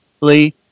Lee